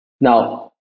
Now